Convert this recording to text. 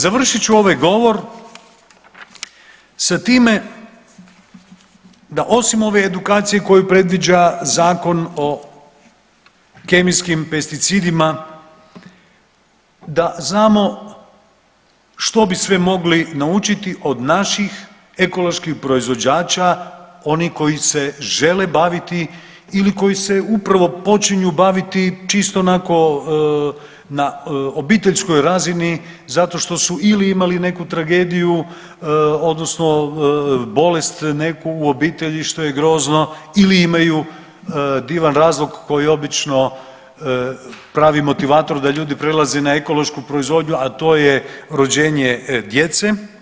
Završit ću ovaj govor s time da osim ove edukaciju koju predviđa Zakon o kemijskim pesticidima da znamo što bi sve mogli naučiti od naših ekoloških proizvođača oni koji se žele baviti ili koji se upravo počinju baviti čisto onako na obiteljskoj razini zato što su ili imali neku tragediju odnosno bolest neku u obitelji što je grozno ili imaju divan razlog koji obično je pravi motivator da ljudi prelaze na ekološku proizvodnju a to je rođenje djece.